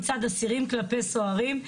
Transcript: מצד אסירים כלפי סוהרים,